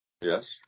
Yes